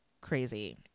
crazy